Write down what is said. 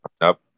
up